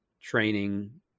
training